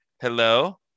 Hello